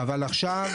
אבל עכשיו,